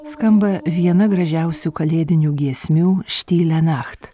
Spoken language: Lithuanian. skamba viena gražiausių kalėdinių giesmių štile nacht